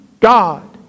God